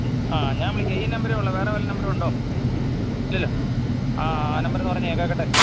ആ ഞാൻ വിളിക്കാം ഈ നമ്പറേയുള്ളുവോ വേറെ വല്ല നമ്പറുമുണ്ടോ ഇല്ലല്ലോ ആ ആ നമ്പറൊന്ന് പറഞ്ഞേ കേള്ക്കട്ടെ